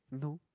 no